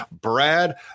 Brad